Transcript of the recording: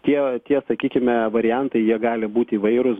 tie tie sakykime variantai jie gali būti įvairūs